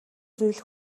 зүйл